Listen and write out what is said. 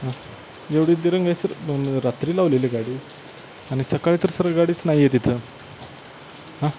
हां एवढी दिरंगाई सर मी रात्री लावलेली गाडी आणि सकाळी तर सर गाडीच नाही आहे तिथं हां